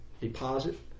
deposit